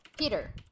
Peter